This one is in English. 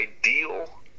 ideal